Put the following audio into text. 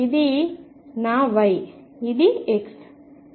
ఇది నా Y ఇది X